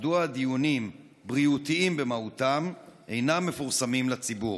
מדוע דיונים בריאותיים במהותם אינם מפורסמים לציבור?